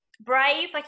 brave